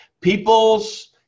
people's